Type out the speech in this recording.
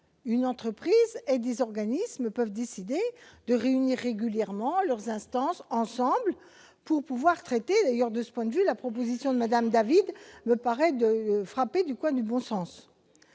Une entreprise et des organismes peuvent décider de réunir régulièrement leurs instances ensemble. De ce point de vue, la proposition de Mme David me paraît frappée au coin du bon sens.